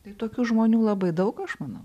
tai tokių žmonių labai daug aš manau